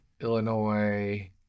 Illinois